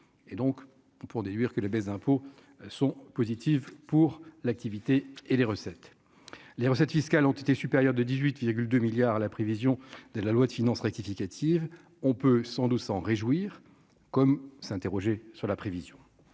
et donc on peut en déduire que les baisses d'impôts sont positives pour l'activité et les recettes, les recettes fiscales ont été supérieurs de 18, il a 2 milliards la prévision de la loi de finances rectificative, on peut sans doute s'en réjouir comme s'interroger sur la prévision